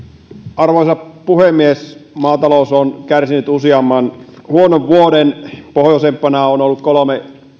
arvoisa puhemies maatalous on kärsinyt useamman huonon vuoden pohjoisempana on ollut kolme